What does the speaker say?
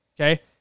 Okay